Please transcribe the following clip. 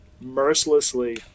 mercilessly